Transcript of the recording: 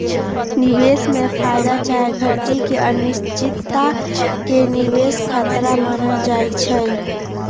निवेश में फयदा चाहे घटि के अनिश्चितता के निवेश खतरा मानल जाइ छइ